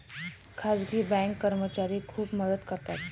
खाजगी बँक कर्मचारी खूप मदत करतात